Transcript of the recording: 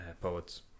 poets